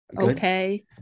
Okay